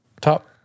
top